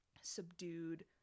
subdued